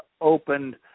opened